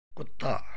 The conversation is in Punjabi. ਕੁੱਤਾ